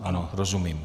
Ano, rozumím.